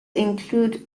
include